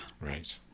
Right